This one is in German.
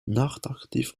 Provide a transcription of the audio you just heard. nachtaktiv